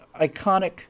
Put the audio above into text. iconic